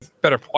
better